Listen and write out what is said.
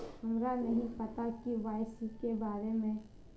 हमरा नहीं पता के.वाई.सी के बारे में?